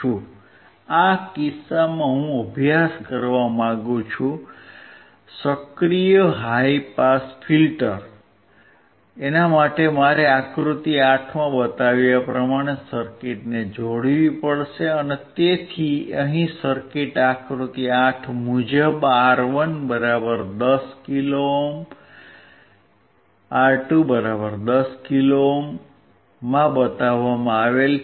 આ ખાસ કિસ્સામાં હું અભ્યાસ કરવા માંગુ છું સક્રિય હાઇ પાસ ફિલ્ટર માટે મારે આકૃતિ 8 માં બતાવ્યા પ્રમાણે સર્કિટને જોડવી પડશે તેથી અહીં સર્કિટ આકૃતિ 8 મુજબ R1 10 કિલો ઓહ્મ R2 10 કિલો ઓહ્મમાં બતાવવામાં આવી છે